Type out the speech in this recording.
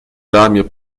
ramię